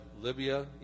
Libya